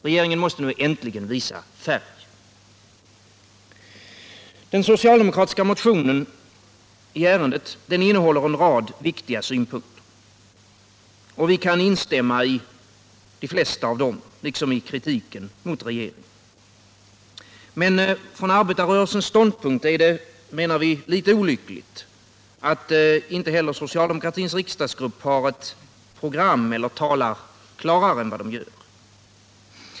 Regeringen måste nu äntligen bekänna färg. Den socialdemokratiska motionen i ärendet innehåller en rad viktiga synpunkter, och vi kan instämma i de flesta av dem, liksom i kritiken mot regeringen. Men från arbetarrörelsens ståndpunkt är det enligt vår åsikt litet olyckligt att inte heller socialdemokratins riksdagsgrupp har ett program eller talar klarare.